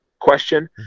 question